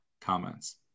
comments